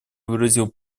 выразил